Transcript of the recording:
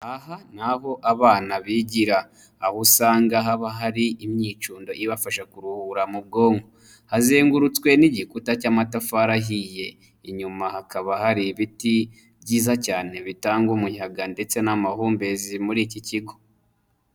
Aha ni aho abana bigira, aho usanga haba hari imyicundo ibafasha kuruhura mu bwonko, hazengurutswe n'igikuta cy'amatafari ahiye, inyuma hakaba hari ibiti byiza cyane, bitanga umuyaga ndetse n'amahumbezi muri iki kigo.